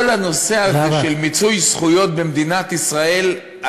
כל הנושא של מיצוי זכויות במדינת ישראל,